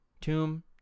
tomb